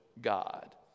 God